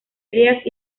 ideas